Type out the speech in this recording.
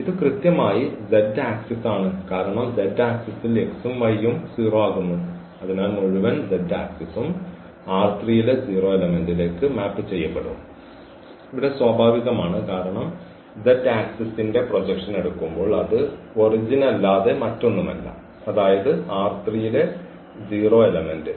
ഇത് കൃത്യമായി z axis ആണ് കാരണം z ആക്സിസ്ൽ x ഉം y ഉം 0 ആകുന്നു അതിനാൽ മുഴുവൻ z ആക്സിസും ലെ 0 എലെമെന്റ്ലേക്ക് മാപ്പ് ചെയ്യപ്പെടും ഇവിടെ സ്വാഭാവികമാണ് കാരണം Z ആക്സിസിന്റെ പ്രൊജക്ഷൻ എടുക്കുമ്പോൾ അത് ഒറിജിൻല്ലാതെ മറ്റൊന്നുമല്ല അതായത് ലെ 0 എലെമെന്റ്